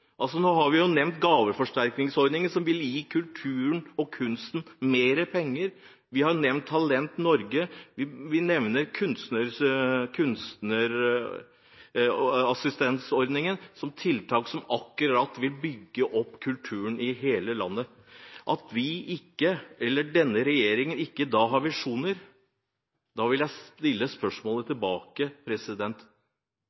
Nå har vi jo nevnt gaveforsterkningsordningen, som vil gi kulturen og kunsten mer penger, vi har nevnt Talent Norge, vi nevner kunstnerassistentordningen – tiltak som nettopp vil bygge opp kulturen i hele landet. At denne regjeringen da ikke skulle ha visjoner – da vil jeg stille spørsmålet